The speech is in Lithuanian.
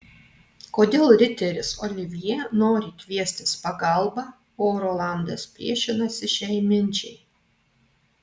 kodėl riteris olivjė nori kviestis pagalbą o rolandas priešinasi šiai minčiai